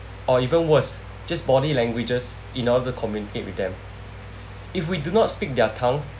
or even worse just body languages in order to communicate with them if we do not speak their tongue